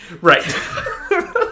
Right